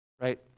right